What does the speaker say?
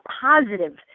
positive